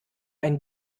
ein